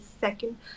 second